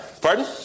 Pardon